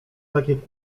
takie